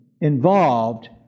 involved